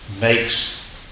makes